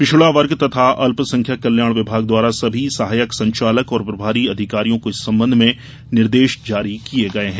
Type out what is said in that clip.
पिछड़ा वर्ग तथा अल्पसंख्यक कल्याण विभाग द्वारा सभी सहायक संचालक और प्रभारी अधिकारियों को इस संबंध में निर्देश जारी किये गये हैं